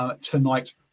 Tonight